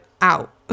out